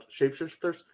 shapeshifters